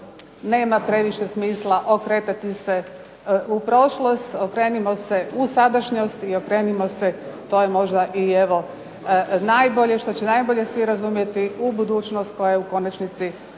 nema previše smisla okretati se u prošlost. Okrenimo se u sadašnjost i okrenimo se, to je možda i najbolje, što će najbolje svi razumjeti, u budućnost koja je u konačnici